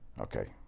Okay